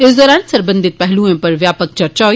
इस दौरान सरबंधित पेहलुए उप्पर व्यापक चर्चा होई